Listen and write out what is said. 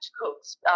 Cook's